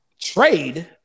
trade